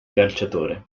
calciatore